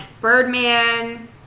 Birdman